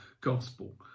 gospel